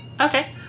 Okay